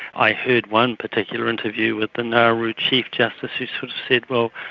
i heard one particular interview with the nauru chief justice who said, well,